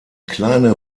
kleine